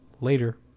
Later